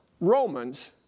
Romans